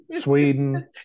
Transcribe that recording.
Sweden